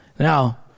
Now